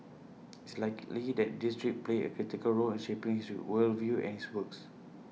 it's likely that this trip played A critical role in shaping his world view and his works